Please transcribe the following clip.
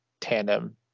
tandem